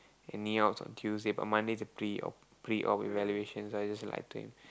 the knee op is on Tuesday but Mondays the pre op pre op evaluation so I just lied to him